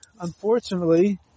unfortunately